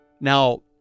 Now